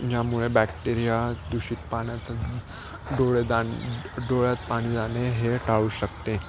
यामुळे बॅक्टेरिया दूषित पाण्याचं डोळे डोळ्यात पाणी जाणे हे टाळू शकते